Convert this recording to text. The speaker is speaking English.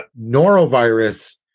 norovirus